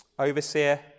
overseer